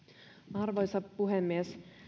arvoisa puhemies